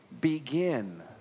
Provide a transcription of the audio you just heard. begin